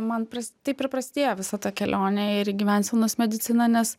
man pras taip ir prasidėjo visa ta kelionė ir į gyvensenos mediciną nes